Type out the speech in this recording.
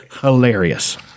hilarious